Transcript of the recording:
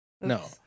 no